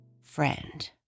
friend